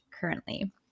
currently